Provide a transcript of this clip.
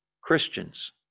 Christians